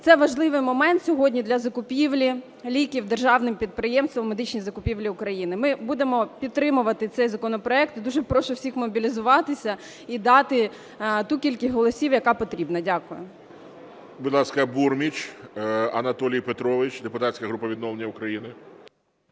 це важливий момент сьогодні для закупівлі ліків державним підприємством "Медичні закупівлі України". Ми будемо підтримувати цей законопроект. Я дуже прошу всіх мобілізуватися і дати ту кількість голосів, яка потрібна. Дякую. ГОЛОВУЮЧИЙ. Будь ласка, Бурміч Анатолій Петрович, депутатська група "Відновлення України".